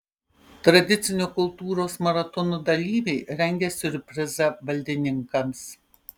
tradicinio kultūros maratono dalyviai rengia siurprizą valdininkams